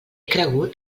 cregut